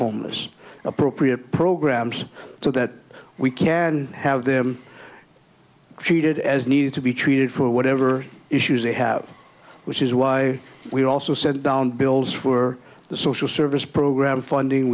homeless appropriate programs so that we can have them treated as need to be treated for whatever issues they have which is why we also said down bills for the social service program funding